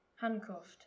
handcuffed